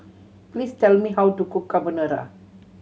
please tell me how to cook Carbonara